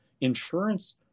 insurance